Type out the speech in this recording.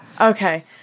Okay